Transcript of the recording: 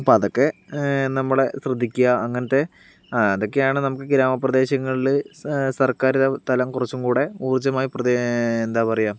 അപ്പോൾ അതൊക്കെ നമ്മൾ ശ്രദ്ധിക്കുക അങ്ങനത്തെ അതൊക്കെയാണ് നമുക്ക് ഗ്രാമപ്രദേശങ്ങളിൽ സർക്കാർ തലം കുറച്ചും കൂടെ ഊർജ്ജമായി പ്രതി എന്താ പറയുക